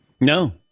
No